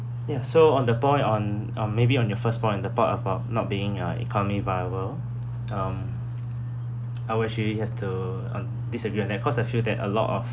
ya so on the point on um maybe on your first point the part about not being uh economy viable um I will actually have to um disagree on that cause I feel that a lot of